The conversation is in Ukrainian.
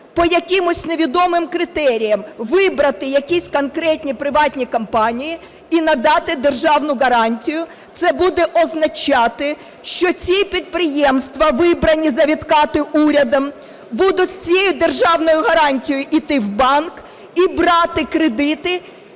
по якимось невідомим критеріям вибрати якісь конкретні приватні компанії і надати державну гарантію. Це буде означати, що ці підприємства, вибрані за відкати урядом, будуть з цією державною гарантією йти в банк і брати кредити,